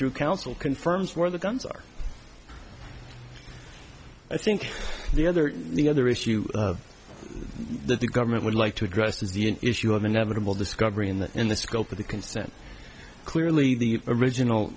through counsel confirms where the guns are i think the other the other issue that the government would like to address is the issue of inevitable discovery in the in the scope of the consent clearly the original